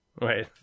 right